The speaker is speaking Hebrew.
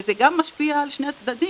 וזה גם משפיע על שני הצדדים.